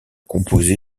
composé